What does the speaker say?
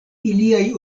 iliaj